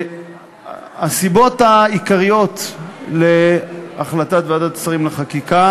הסיבות העיקריות להחלטת ועדת השרים לחקיקה